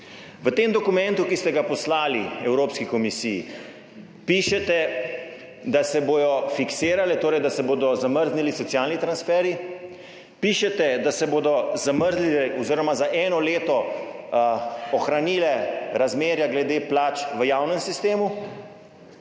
V tem dokumentu, ki ste ga poslali Evropski komisiji, pišete, da se bodo fiksirali oziroma zamrznili socialni transferji, pišete, da se bodo zamrznila oziroma za eno leto ohranila razmerja glede plač v javnem sistemu,